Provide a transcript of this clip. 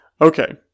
Okay